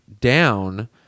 down